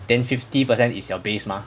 then fifty percent is your base mah